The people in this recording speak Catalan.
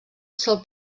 sol